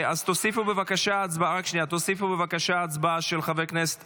תוסיפו בבקשה את ההצבעה של חבר הכנסת